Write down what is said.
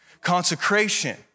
Consecration